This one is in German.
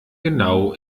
genau